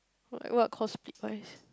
what called split-wise